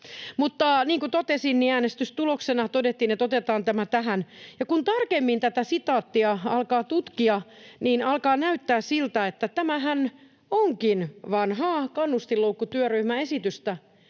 Mutta niin kuin totesin, niin äänestystuloksena todettiin, että otetaan tämä tähän. Ja kun tarkemmin tätä sitaattia alkaa tutkia, niin alkaa näyttää siltä, että tämähän onkin vanhaa kannustinloukkutyöryhmän esitystä,